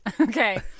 Okay